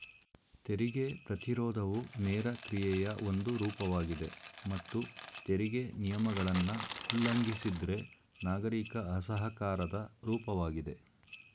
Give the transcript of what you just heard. ತೆರಿಗೆ ಪ್ರತಿರೋಧವು ನೇರ ಕ್ರಿಯೆಯ ಒಂದು ರೂಪವಾಗಿದೆ ಮತ್ತು ತೆರಿಗೆ ನಿಯಮಗಳನ್ನ ಉಲ್ಲಂಘಿಸಿದ್ರೆ ನಾಗರಿಕ ಅಸಹಕಾರದ ರೂಪವಾಗಿದೆ